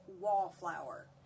wallflower